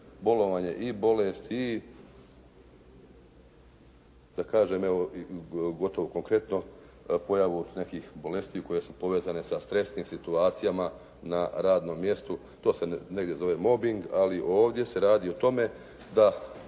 bolovanje i bolest i da kažem evo i gotovo konkretno pojavu nekih bolestiju koje su povezane sa stresnim situacijama na radnom mjestu. To se negdje zove mobing ali ovdje se radi o tome da